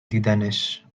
دیدنش